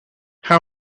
how